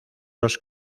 los